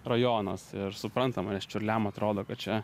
rajonas ir suprantama nes čiurliam atrodo kad čia